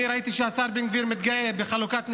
אני ראיתי שהשר בן גביר מתגאה בחלוקת נשקים,